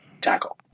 tackle